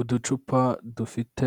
Uducupa dufite